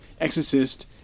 Exorcist